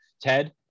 Ted